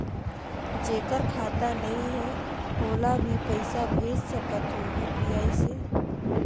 जेकर खाता नहीं है ओला भी पइसा भेज सकत हो यू.पी.आई से?